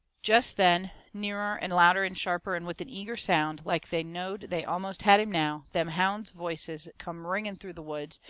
jest then, nearer and louder and sharper, and with an eager sound, like they knowed they almost had him now, them hounds' voices come ringing through the woods,